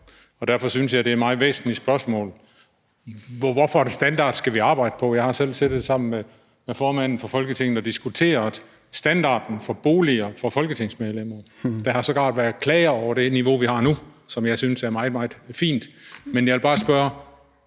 og derfor synes jeg, det er et meget væsentligt spørgsmål. Hvad for en standard skal vi arbejde efter? Jeg har selv siddet sammen med formanden for Folketinget og diskuteret standarden for boliger for folketingsmedlemmer, og der har sågar været klager over det niveau, vi har nu, og som jeg synes er et meget, meget fint niveau. Men jeg vil bare spørge: